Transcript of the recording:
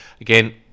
again